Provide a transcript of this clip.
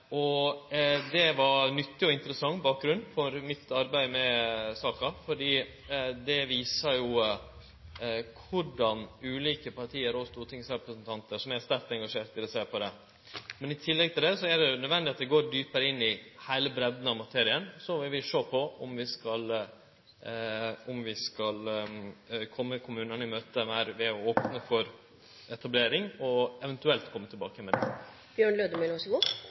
Det var ein nyttig og interessant bakgrunn for mitt arbeid med saka, for det viser jo korleis ulike parti og ulike stortingsrepresentantar som er sterkt engasjerte, ser på dette. Men i tillegg er det nødvendig at eg går djupare inn i heile materien. Så vil vi sjå på om vi skal kome kommunane meir i møte ved å opne for etablering og eventuelt kome tilbake med det.